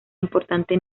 importante